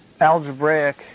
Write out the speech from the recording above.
algebraic